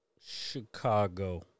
Chicago